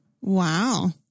Wow